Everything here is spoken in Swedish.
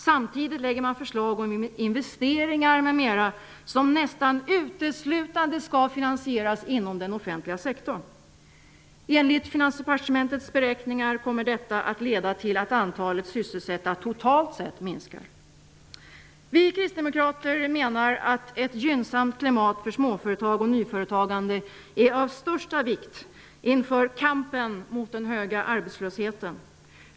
Samtidigt lägger man fram förslag om investeringar m.m., som nästan uteslutande skall finansieras inom den offentliga sektorn. Enligt Finansdepartementets beräkningar kommer detta att leda till att antalet sysselsatta totalt sett minskar. Vi kristdemokrater menar att ett gynnsamt klimat för småföretag och nyföretagande är av största vikt inför kampen mot den höga arbetslösheten.